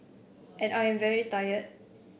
and I am very tired